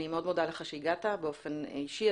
אני מאוד מודה לך שהגעת באופן אישי.